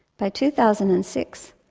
by two thousand and six,